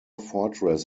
fortress